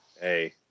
Hey